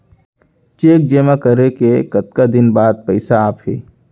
Cheque जेमा करें के कतका दिन बाद पइसा आप ही?